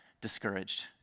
discouraged